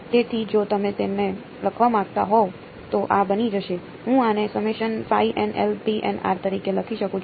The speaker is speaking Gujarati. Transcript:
તેથી જો તમે તેને લખવા માંગતા હોવ તો આ બની જશે હું આને સમેશન તરીકે લખી શકું છું